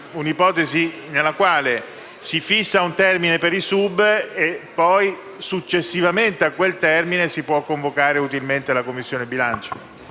un'ipotesi per la quale si fissa un termine per i subemendamenti e successivamente a tale termine si può convocare utilmente la Commissione bilancio.